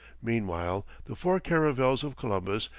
meanwhile, the four caravels of columbus,